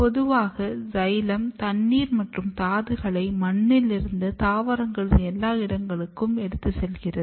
பொதுவாக சைலம் தண்ணீர் மற்றும் தாதுக்களை மண்ணிலிருந்து தாவரங்களின் எல்லா இடங்களுக்கும் எடுத்து செல்கிறது